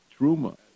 truma